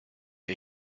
ihr